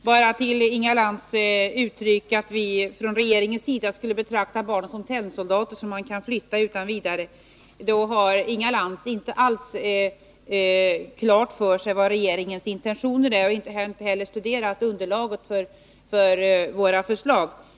Herr talman! När Inga Lantz säger att vi från regeringens sida skulle betrakta barn som tennsoldater som man kan flytta utan vidare har hon inte alls klart för sig vilka regeringens intentioner är och har inte heller studerat underlaget för våra förslag.